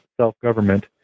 self-government